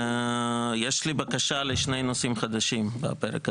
יש לי בקשה לשני נושאים חדשים בפרק הזה.